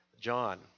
John